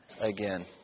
again